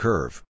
Curve